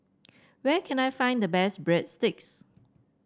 where can I find the best Breadsticks